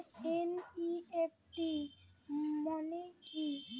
NEFT মনে কি?